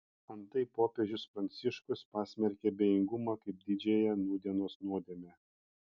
antai popiežius pranciškus pasmerkė abejingumą kaip didžiąją nūdienos nuodėmę